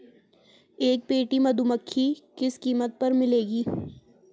एक पेटी मधुमक्खी किस कीमत पर मिलेगी?